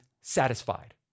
satisfied